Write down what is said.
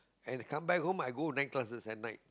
and come back home I go night classes at night